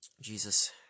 Jesus